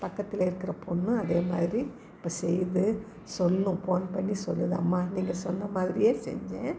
பக்கத்தில் இருக்கிற பெண்ணும் அதே மாதிரி இப்போ செய்து சொல்லும் ஃபோன் பண்ணி சொல்லுது அம்மா நீங்கள் சொன்ன மாதிரியே செஞ்சேன்